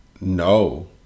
no